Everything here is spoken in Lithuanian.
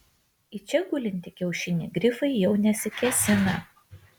į čia gulintį kiaušinį grifai jau nesikėsina